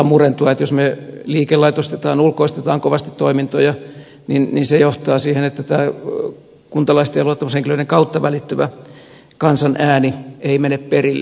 jos me liikelaitostamme ulkoistamme kovasti toimintoja niin se johtaa siihen että tämä kuntalaisten ja luottamushenkilöiden kautta välittyvä kansan ääni ei mene perille